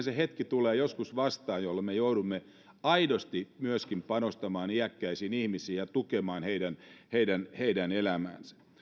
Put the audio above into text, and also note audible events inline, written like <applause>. <unintelligible> se hetki tulee joskus vastaan jolloin me joudumme aidosti myöskin panostamaan iäkkäisiin ihmisiin ja tukemaan heidän heidän elämäänsä